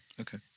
okay